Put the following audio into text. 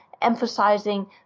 emphasizing